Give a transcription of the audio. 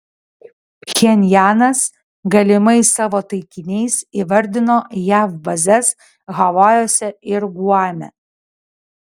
pchenjanas galimais savo taikiniais įvardijo jav bazes havajuose ir guame